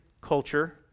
culture